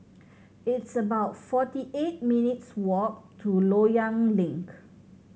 it's about forty eight minutes' walk to Loyang Link